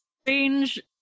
strange